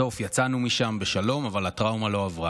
בסוף יצאנו משם בשלום, אבל הטראומה לא עברה.